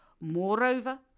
Moreover